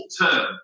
term